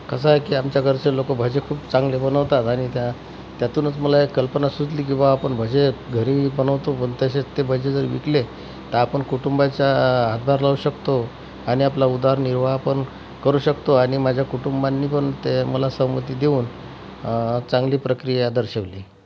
कसं आहे की आमच्या घरचे लोक भजे खूप चांगले बनवतात आणि त्या त्यातूनच मला एक कल्पना सुचली की बुवा आपण भजे घरी बनवतो पण तसेच ते भजे जर विकले तर आपण कुटुंबाच्या हातभार लावू शकतो आणि आपला उदारनिर्वाह पण करू शकतो आणि माझ्या कुटुंबांनी ते मला सहमती देऊन चांगली प्रक्रिया दर्शवली